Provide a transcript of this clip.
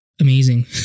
amazing